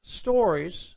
stories